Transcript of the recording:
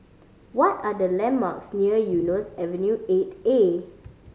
what are the landmarks near Eunos Avenue Eight A